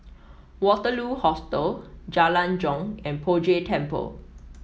Waterloo Hostel Jalan Jong and Poh Jay Temple